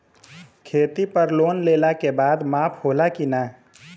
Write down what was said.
खेती पर लोन लेला के बाद माफ़ होला की ना?